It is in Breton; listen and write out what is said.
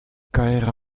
kaer